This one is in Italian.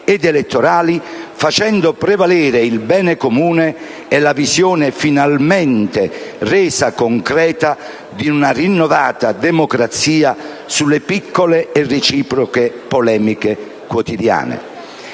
ed elettorali, facendo prevalere il bene comune e la visione, finalmente resa concreta, di una rinnovata democrazia sulle piccole e reciproche polemiche quotidiane.